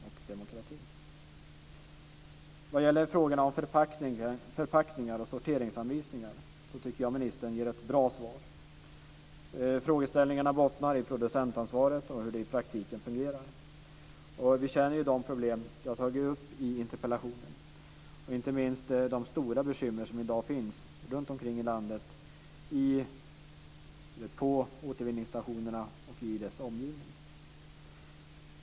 När det gäller frågan om förpackningar och sorteringsanvisningar, tycker jag att ministern ger ett bra svar. Frågeställningarna bottnar i producentansvaret och hur det i praktiken fungerar. Vi känner till de problem som jag har tagit upp i interpellationen, inte minst de stora bekymmer som i dag finns runt omkring i landet på återvinningsstationerna och i deras omgivningar.